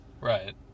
Right